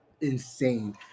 insane